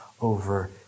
over